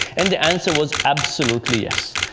and the answer was absolutely yes.